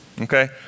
okay